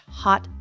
hot